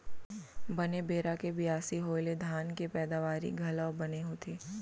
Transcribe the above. बने बेरा के बियासी होय ले धान के पैदावारी घलौ बने होथे